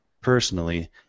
personally